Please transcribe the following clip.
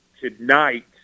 tonight –